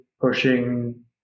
pushing